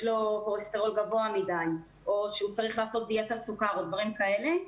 לו כולסטרול גבוה מדי או שהוא צריך לעשות דיאטת סוכר או דברים כאלה,